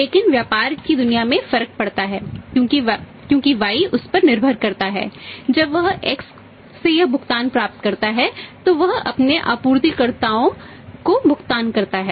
लेकिन व्यापार की दुनिया में फर्क पड़ता है क्योंकि Y उस पर निर्भर करता है जब वह X से यह भुगतान प्राप्त करता है तो वह अपने आपूर्तिकर्ता को भुगतान करेगा